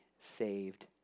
saved